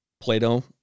Plato